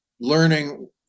learning